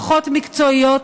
פחות מקצועיות,